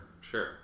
sure